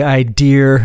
idea